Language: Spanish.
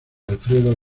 alfredo